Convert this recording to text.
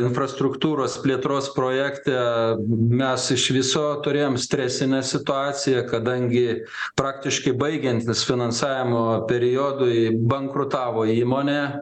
infrastruktūros plėtros projekte mes iš viso turėjom stresinę situaciją kadangi praktiškai baigiantis finansavimo periodui bankrutavo įmonė